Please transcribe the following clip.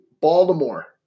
baltimore